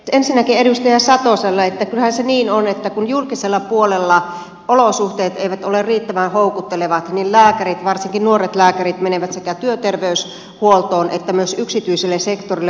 ensinnäkin edustaja satoselle että kyllähän se niin on että kun julkisella puolella olosuhteet eivät ole riittävän houkuttelevat niin lääkärit varsinkin nuoret lääkärit menevät sekä työterveyshuoltoon että myös yksityiselle sektorille